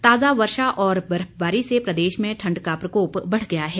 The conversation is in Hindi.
ताजा वर्षा और बर्फबारी से प्रदेश में ठंड का प्रकोप बढ़ गया है